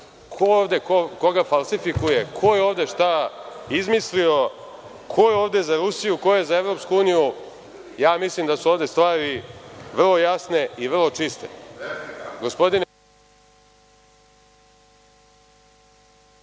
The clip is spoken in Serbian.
ovde koga falsifikuje? Ko je ovde šta izmislio? Ko je ovde za Rusiju, a ko je za EU? Ja mislim da su ovde stvari vrlo jasne i vrlo čiste.